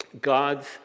God's